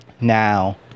Now